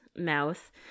mouth